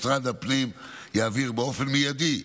משרד הפנים יעביר באופן מיידי,